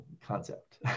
concept